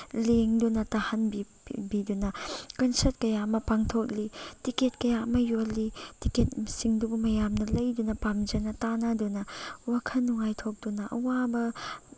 ꯂꯦꯡꯗꯨꯅ ꯇꯥꯍꯟ ꯕꯤꯗꯨꯅ ꯀꯟꯁꯔꯠ ꯀꯌꯥ ꯑꯃ ꯄꯥꯡꯊꯣꯛꯂꯤ ꯇꯤꯛꯀꯦꯠ ꯀꯌꯥ ꯑꯃ ꯌꯣꯜꯂꯤ ꯇꯤꯛꯀꯦꯠꯁꯤꯡꯗꯨꯕꯨ ꯃꯌꯥꯝꯅ ꯂꯩꯗꯨꯅ ꯄꯥꯝꯖꯅ ꯇꯥꯅꯗꯨꯅ ꯋꯥꯈꯜ ꯅꯨꯡꯉꯥꯏꯊꯣꯛꯇꯨꯅ ꯑꯋꯥꯕ